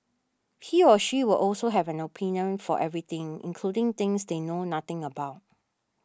he or she will also have an opinion for everything including things they know nothing about